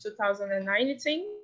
2019